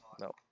No